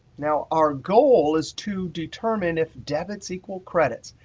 now our goal is to determine if debits equal credits.